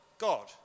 God